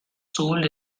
sold